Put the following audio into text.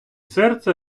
серце